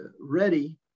ready